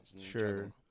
sure